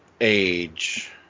age